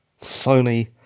Sony